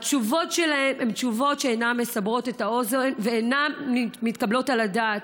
שהתשובות שלהם הן תשובות שאינן מסברות את האוזן ואינן מתקבלות על הדעת.